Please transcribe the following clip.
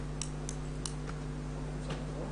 סוקניק.